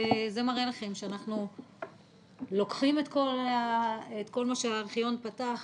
זה מראה לכם שאנחנו לוקחים את כל מה שהארכיון פתח,